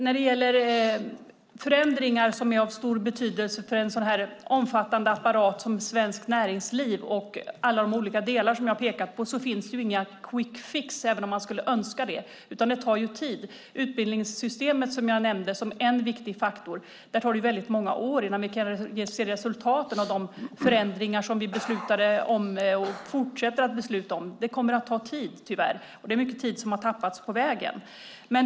När det gäller förändringar av stor betydelse för en så omfattande apparat som det svenska näringslivet och alla de olika delar som jag har pekat på finns inga quick fix, även om man skulle önska det. Det tar tid. Inom utbildningssystemet, som jag nämnde som en viktig faktor, tar det många år innan vi kan se resultaten av de förändringar vi har beslutat om och fortsätter att besluta om. Det kommer att ta tid - tyvärr. Det är mycket tid som har tappats på vägen.